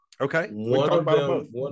Okay